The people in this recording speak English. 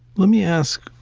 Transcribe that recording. let me ask.